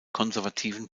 konservativen